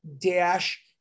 dash